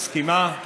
מסכימה?